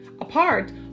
apart